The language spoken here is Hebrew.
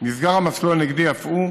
נסגר המסלול הנגדי אף הוא,